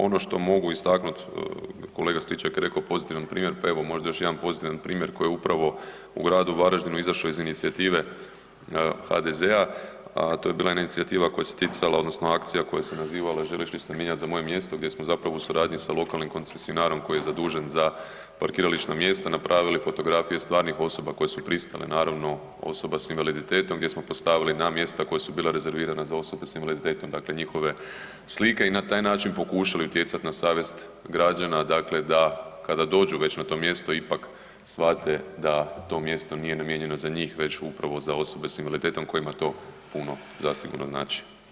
Ono što mogu istaknuti, kolega Stričak je rekao pozitivan primjer, pa možda još jedan pozitivan primjer koji je upravo u gradu važadinu izašao iz inicijative HDZ-a, to je bila jedna inicijativa koja se ticala odnosno akcija koja se nazivala „želiš li se mijenjati za moje mjesto“ gdje smo zapravo u suradnji sa lokalnim koncesionarom koji je zadužen za parkirališna mjesta napravili fotografije stvarnih osoba koje su pristale naravno osoba s invaliditetom gdje smo postavili na mjesta koja su bila rezervirana za osobe s invaliditetom, dakle njihove slike i na taj način pokušali utjecati na savjest građana, dakle da kada dođu već na to mjesto ipak shvate da to mjesto nije namijenjeno za njih već upravo za osobe s invaliditetom kojima to puno zasigurno znači.